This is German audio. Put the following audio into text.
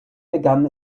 begann